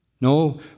No